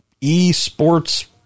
e-sports